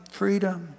freedom